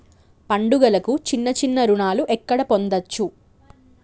పండుగలకు చిన్న చిన్న రుణాలు ఎక్కడ పొందచ్చు?